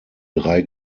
drei